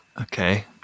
Okay